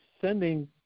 sending